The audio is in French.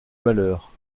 malheur